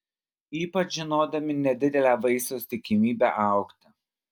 ypač žinodami nedidelę vaisiaus tikimybę augti